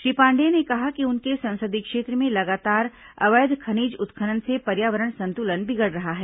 श्री पांडेय ने कहा कि उनके संसदीय क्षेत्र में लगातार अवैध खनिज उत्खनन से पर्यावरण संतुलन बिगड़ रहा है